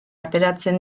ateratzen